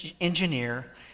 engineer